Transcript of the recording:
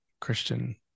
Christian